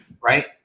right